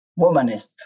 womanist